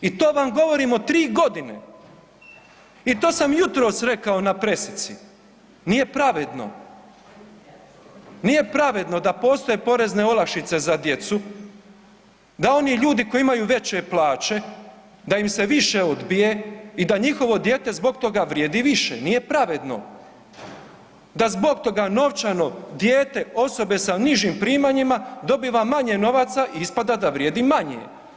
I to vam govorimo tri godine i to sam jutros rekao na pressici, nije pravedno, nije pravedno da postoje porezne olakšice za djecu da oni ljudi koji imaju veće plaće da im se više odbije i da njihovo dijete zbog toga vrijedi više, nije pravedno da zbog toga novčano dijete osobe sa nižim primanjima i dobiva manje novaca i ispada da vrijedi manje.